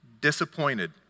disappointed